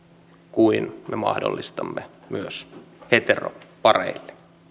kuin me mahdollistamme myös heteropareille